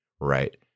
right